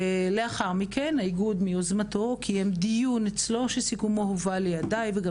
לאחר מכן האיגוד מיוזמתו קיים דיון אצלו שהסיכום שלו הובא לידי וגם